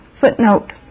Footnote